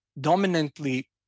dominantly